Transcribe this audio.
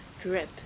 drip